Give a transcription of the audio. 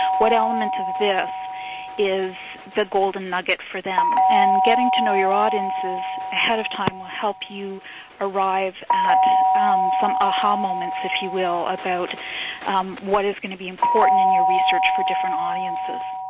what element of this is the golden nugget for them? and getting to know your audiences ahead of time will help you arrive at some a-ha moments, if you will, about what is going to be important in your research for different audiences.